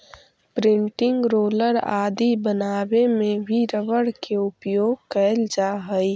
printing roller आदि बनावे में भी रबर के उपयोग कैल जा हइ